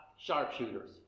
sharpshooters